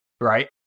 right